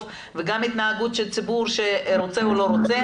וגם התנהגות הציבור שרוצה או לא רוצה.